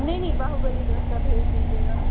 नहीं नहीं बाहुबली डोसा भेज दीजिएगा